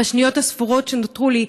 בשניות הספורות שנותרו לי,